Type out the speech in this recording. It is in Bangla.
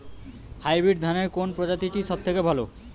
হাইব্রিড ধানের কোন প্রজীতিটি সবথেকে ভালো?